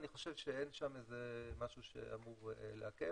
אני חושב שאין שם איזה משהו שאמור לעכב.